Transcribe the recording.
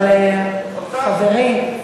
אבל חברי,